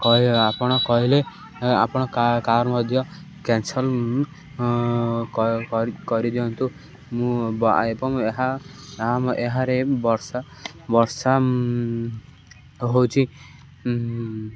ଆପଣ କହିଲେ ଆପଣ କାର୍ ମଧ୍ୟ କ୍ୟାନ୍ସଲ କରିଦିଅନ୍ତୁ ମୁଁ ଏବଂ ଏହା ଏହାରେ ବର୍ଷା ବର୍ଷା ହେଉଛି